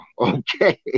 okay